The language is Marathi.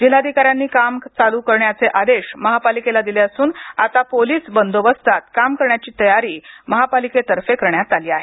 जिल्हाधिकाऱ्यांनी काम चालू करण्याचे आदेश महापालिकेला दिले असून आता पोलीस बंदोबस्तात काम करण्याची तयारी महापालिकेतर्फे करण्यात आली आहे